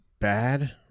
bad